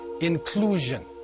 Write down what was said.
inclusion